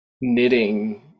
knitting